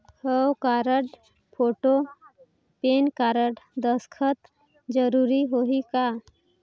हव card, photo, PAN card, दस्खत जरूरी होही का?